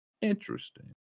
interesting